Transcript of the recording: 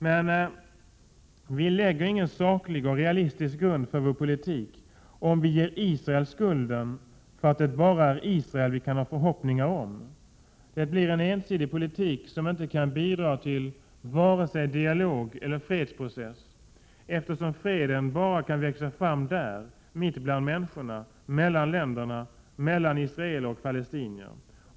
Men vi lägger ingen saklig och realistisk grund för vår politik om vi ger Israel skulden för att det bara är Israel vi kan ha förhoppningar om. Det blir en ensidig politik, som inte kan bidra till vare sig dialog eller fredsprocess, eftersom freden bara kan växa fram där, mitt bland människorna, mellan länderna, mellan israelser och palestinier.